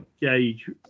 gauge